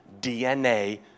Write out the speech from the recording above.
DNA